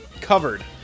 covered